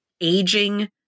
aging